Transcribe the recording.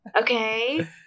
Okay